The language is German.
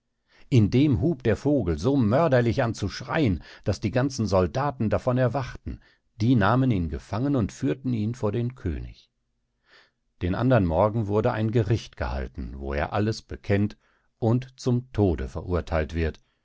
indem hub der vogel so mörderlich an zu schreien daß die ganzen soldaten davon erwachten die nahmen ihn gefangen und führten ihn vor den könig den andern morgen wurde ein gericht gehalten wo er alles bekennt und zum tode verurtheilt wird